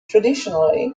traditionally